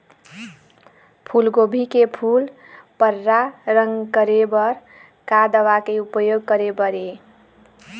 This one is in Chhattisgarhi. फूलगोभी के फूल पर्रा रंग करे बर का दवा के उपयोग करे बर ये?